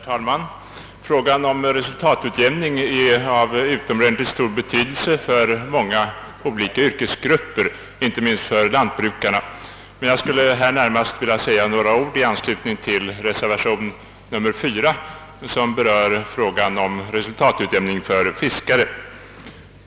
Herr talman! Frågan om resultatutjämning är av utomordentligt stor betydelse för många olika yrkesgrupper, inte minst för lantbrukarna. Jag skulle här vilja säga några ord i anslutning till reservation nr 4, som berör resultatutjämning för fiskare.